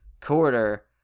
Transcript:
quarter